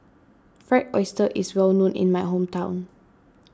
Fried Oyster is well known in my hometown